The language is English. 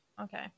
Okay